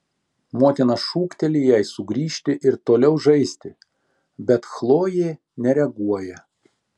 motina šūkteli jai sugrįžti ir toliau žaisti bet chlojė nereaguoja